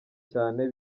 cyane